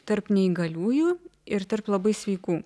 tarp neįgaliųjų ir tarp labai sveikų